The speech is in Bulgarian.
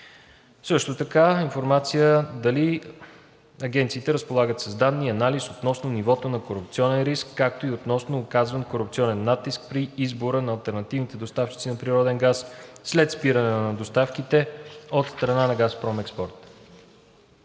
Експорт“; - информация дали агенциите разполагат с данни и анализ относно нивото на корупционен риск, както и относно оказван корупционен натиск при избора на алтернативните доставчици на природен газ, след спиране на доставките от страна на ООО „Газпром Експорт“.